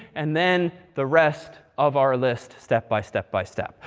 and then the rest of our list step by step by step.